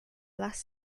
last